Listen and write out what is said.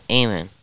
amen